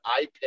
iPad